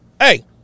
hey